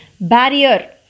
barrier